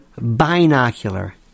binocular